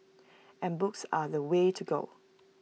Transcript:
and books are the way to go